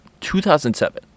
2007